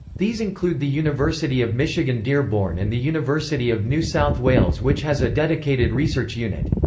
these include the university of michigan dearborn and the university of new south wales which has a dedicated research unit.